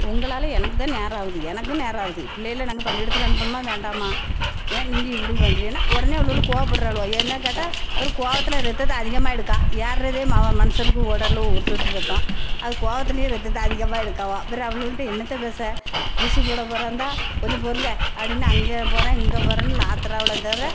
உங்களால் எனக்கு தான் நேரம் ஆகுது எனக்கும் நேரம் ஆகுது பிள்ளைகளை நாங்கள் பள்ளிக்கூடத்துக்கு அனுப்பணுமா வேண்டாமா ஏன் நீங்கள் இப்படி பண்ணுறிங்கன்னா உடனே அவளுவோ கோவப்படுகிறாளுவோ என்ன கேட்டால் பாரு கோவத்தில் ரத்தத்தை அதிகமாக எடுக்கா ஏறுகிறதே மனுஷனுக்கு உடல ஒரு சொட்டு ரத்தம் அது கோவத்துலேயே ரத்தத்தை அதிகமாக எடுக்கவா அப்புறம் அவளுவள்ட என்னத்தை பேச ஊசி போடப் போகிறதா இருந்தால் கொஞ்சம் பொறுங்க அப்படின்னு அங்கே போகிறேன் இங்கே போகிறேன்னு லாத்துறாவோளே தவிர